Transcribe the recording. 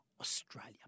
Australia